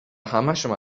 همشو